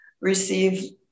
receive